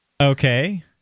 Okay